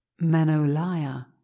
manolaya